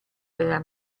verrà